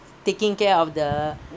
taking care of the